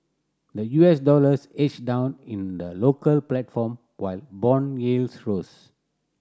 the U S dollars edged down in the local platform while bond yields rose